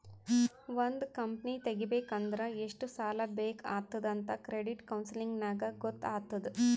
ಒಂದ್ ಕಂಪನಿ ತೆಗಿಬೇಕ್ ಅಂದುರ್ ಎಷ್ಟ್ ಸಾಲಾ ಬೇಕ್ ಆತ್ತುದ್ ಅಂತ್ ಕ್ರೆಡಿಟ್ ಕೌನ್ಸಲಿಂಗ್ ನಾಗ್ ಗೊತ್ತ್ ಆತ್ತುದ್